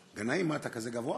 גנאים, מה, אתה כזה גבוה?